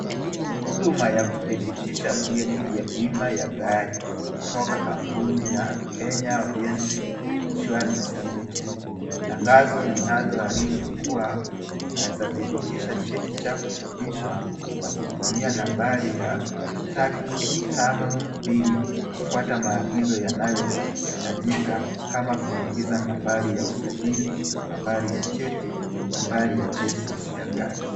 Huduma ya kudhibitisha vyeti vya bima ya gari kutoka kampuni ya Kenya Orient Insurance Limited. Tangazo linaloarifu kuwa unaeza dhibitisha cheti chako cha bima na kutumia nambari ya tatu tano mbili kufuata maagizo yanayohitajika kama kuingiza nambari ya usajili, nambari ya cheti, nambari ya chesis ya gari.